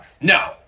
No